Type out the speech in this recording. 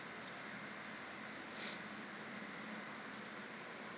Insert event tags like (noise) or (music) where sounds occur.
(noise)